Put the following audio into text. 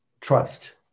trust